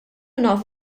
nafu